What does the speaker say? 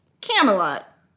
Camelot